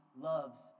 loves